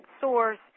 source